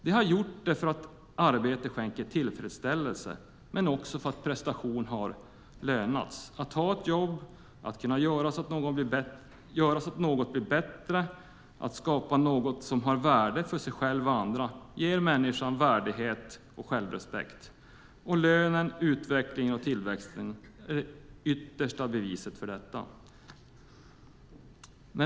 De har gjort det för att arbete skänker tillfredsställelse, men också för att prestation har lönat sig. Att ta ett jobb, göra så att något blir bättre och skapa något som har värde för en själv och andra ger människan värdighet och självrespekt. Lönen, utvecklingen och tillväxten är det yttersta beviset för detta.